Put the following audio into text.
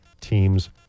team's